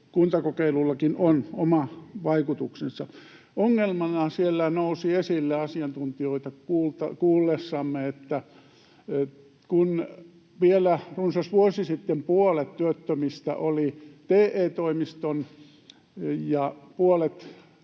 kuntakokeilullakin on oma vaikutuksensa. Ongelmana siellä nousi esille asiantuntijoita kuullessamme, että kun vielä runsas vuosi sitten puolet työttömistä oli TE-toimiston ja puolet